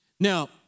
Now